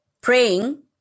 praying